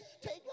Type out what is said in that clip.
take